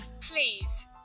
please